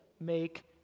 make